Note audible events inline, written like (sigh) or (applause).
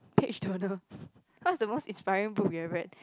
page turner (laughs) what's the most inspiring book you have read